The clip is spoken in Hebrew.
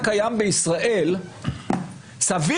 מעבר לשאלה הפרסונלי או לא פרסונלי, הרי הייתם